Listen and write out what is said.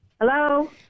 Hello